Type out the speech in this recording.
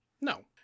No